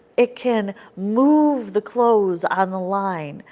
it can move the clothes on the line,